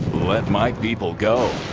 let my people go.